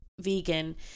vegan